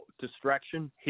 distraction